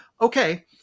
okay